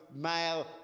male